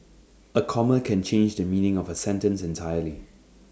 A comma can change the meaning of A sentence entirely